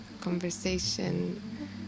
conversation